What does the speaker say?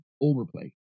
overplay